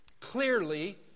Clearly